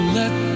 let